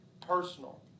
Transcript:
Personal